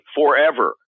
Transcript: forever